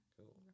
Cool